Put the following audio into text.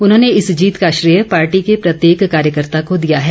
उन्होंने इस जीत का श्रेय पार्टी के प्रत्येक कार्यकर्ता को दिया है